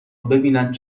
ببیند